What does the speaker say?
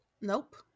nope